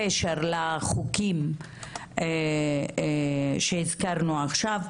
הקשר לחוקים שהזכרנו עכשיו,